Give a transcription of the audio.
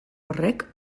horrek